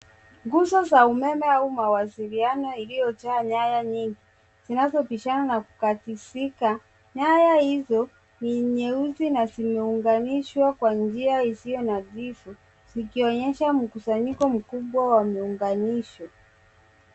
Nguzo za umeme au mawasiliano iliyojaa nyaya nyingi zinazobishana na kukatisika. Nyaya hizo ni nyeusi na zimeunganishwa kwa njia isiyo nadhifu. Zikionyesha mkusanyiko mkubwa wa miunganisho.